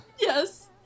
Yes